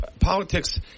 politics